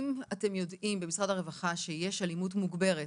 אם אתם יודעים במשרד הרווחה שיש אלימות מוגברת,